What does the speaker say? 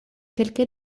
kelke